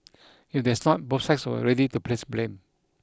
if there's not both sides were ready to place blame